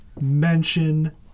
mention